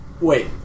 wait